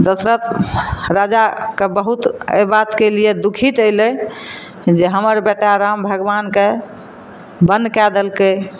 दशरथ राजाके बहुत एहि बातके लिए दुखीत अइलै जे हमर बेटा राम भगबानकेँ बन कए देलकै